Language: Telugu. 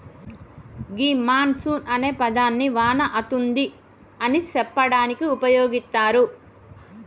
గీ మాన్ సూన్ అనే పదాన్ని వాన అతుంది అని సెప్పడానికి ఉపయోగిత్తారు